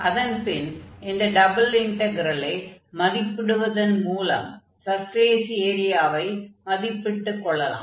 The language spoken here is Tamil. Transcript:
அதன் பின் இந்த டபுள் இன்டக்ரெலை மதிப்பிடுவதன் மூலம் சர்ஃபேஸ் ஏரியாவை மதிப்பிட்டுக் கொள்ளலாம்